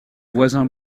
voisin